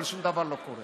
אבל שום דבר לא קורה.